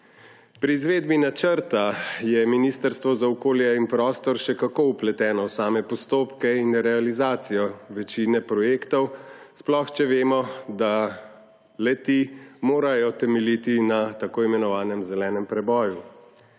Pri izvedbi načrta je Ministrstvo za okolje in prostor še kako vpleteno v same postopke in realizacijo večine projektov, sploh če vemo, da le-ti morajo temeljiti na tako imenovanem zelenem preboju.